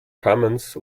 commons